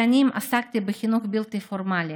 שנים עסקתי בחינוך בלתי פורמלי,